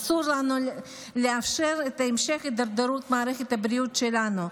אסור לנו לאפשר את המשך הידרדרות מערכת הבריאות שלנו.